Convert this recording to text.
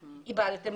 קיבלתם.